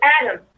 Adam